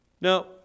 Now